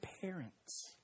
parents